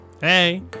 hey